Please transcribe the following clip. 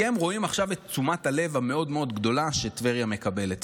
כי הם רואים עכשיו את תשומת הלב הגדולה מאוד מאוד שטבריה מקבלת.